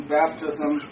baptism